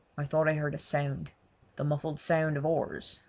i thought i heard a sound the muffled sound of oars,